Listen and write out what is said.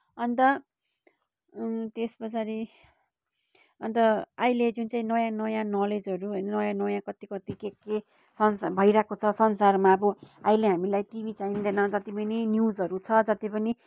अन्त त्यस पछाडि अन्त अहिले जुन चाहिँ नयाँ नयाँ नलेजहरू नयाँ नयाँ कति कति के के फङसन भइरहेको छ संसारमा अब अहिले हामीलाई टिभी चाहिँदैन जति न्युजहरू छ जत्ति पनि